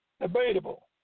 debatable